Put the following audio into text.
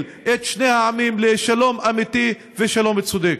את שני העמים לשלום אמיתי ושלום צודק.